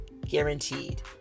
Guaranteed